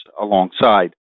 alongside